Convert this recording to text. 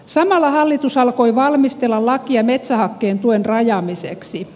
samalla hallitus alkoi valmistella lakia metsähakkeen tuen rajaamiseksi